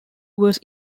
was